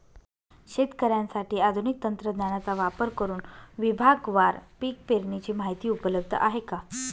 शेतकऱ्यांसाठी आधुनिक तंत्रज्ञानाचा वापर करुन विभागवार पीक पेरणीची माहिती उपलब्ध आहे का?